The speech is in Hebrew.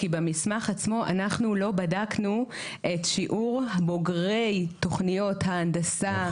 כי במסמך עצמו אנחנו לא בדקנו את שיעור בוגרי תכניות ההנדסה,